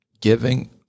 giving